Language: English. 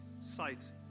sight